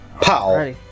Pow